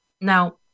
Now